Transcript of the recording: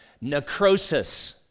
necrosis